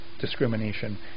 discrimination